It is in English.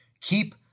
keep